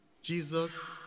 Jesus